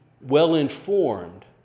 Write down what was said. well-informed